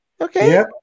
okay